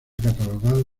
catalogado